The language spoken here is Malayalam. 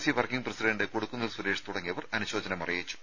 C working president Kodikunnil Suresh തുടങ്ങിയവർ അനുശോചനം അറിയിച്ചു